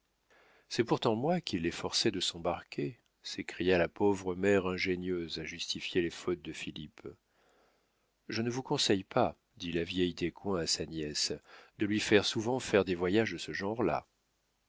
c'est pourtant moi qui l'ai forcé de s'embarquer s'écria la pauvre mère ingénieuse à justifier les fautes de philippe je ne vous conseille pas dit la vieille descoings à sa nièce de lui faire souvent faire des voyages de ce genre-là